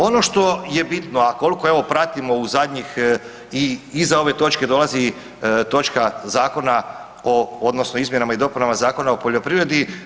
Ono što je bitno, a kolko evo pratimo u zadnjih i iza ove točke dolazi točka zakona o odnosno o izmjenama i dopunama Zakona o poljoprivredi.